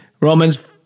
Romans